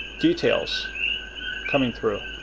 details coming through.